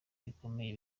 bikomeye